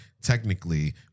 technically